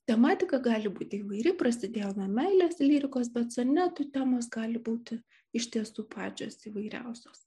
tematika gali būti įvairi prasidėjo nuo meilės lyrikos bet sonetų temos gali būti iš tiesų pačios įvairiausios